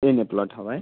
N A plot हवा आहे